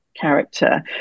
character